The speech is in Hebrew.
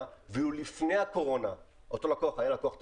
ואילו לפני הקורונה אותו לקוח היה לקוח תקין,